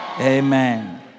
Amen